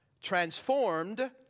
Transformed